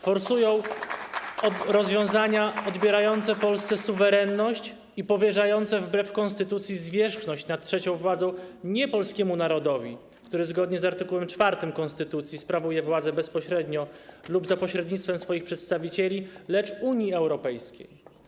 Forsują rozwiązania odbierające Polsce suwerenność i powierzające wbrew konstytucji zwierzchność nad trzecią władzą nie polskiemu narodowi, który zgodnie z art. 4 konstytucji sprawuje władzę bezpośrednio lub za pośrednictwem swoich przedstawicieli, lecz Unii Europejskiej.